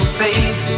faith